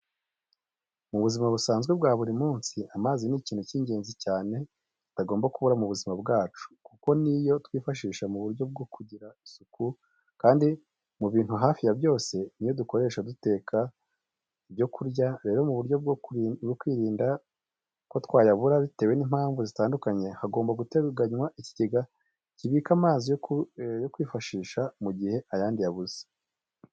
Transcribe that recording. Mu buzima busanzwe bwa buri munsi amazi ni ikintu cy'ingenzi cyane kitagomba kubura mu buzima bwacu, kuko ni yo twifashisha mu buryo bwo kugira isuku kandi mu bintu hafi ya byose, ni yo dukoresha duteka ibyo kurya. Rero mu buryo bwo kwirinda ko twayabura bitewe n'impamvu zitandukanye, hagomba guteganwa ikigega kibika amazi yo kwifashisha mu gihe ayandi yabuze.